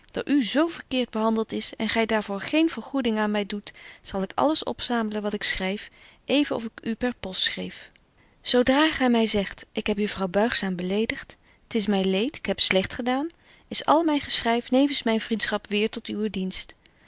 u zo verkeert behandelt is en gy daar voor geen vergoeding aan my betje wolff en aagje deken historie van mejuffrouw sara burgerhart doet zal ik alles opzamelen wat ik schryf even of ik u per post schreef zo dra gy my zegt ik heb juffrouw buigzaam beledigt t is my leed ik heb slegt gedaan is al myn geschryf nevens myn vriendschap weêr tot uwen dienst